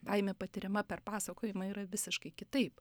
baimė patiriama per pasakojimą yra visiškai kitaip